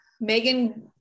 Megan